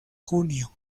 junio